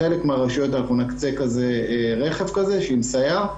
לחלק מהרשויות נקצה רכב עם סייר,